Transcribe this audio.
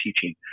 teaching